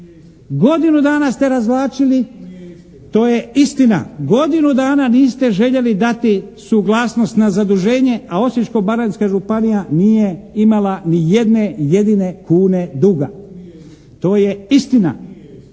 Godinu dana ste razvlačili, to je istina. Godinu dana niste željeli dati suglasnost na zaduženje a Osječko-baranjska županija nije imala ni jedne jedine kune duga. To je istina.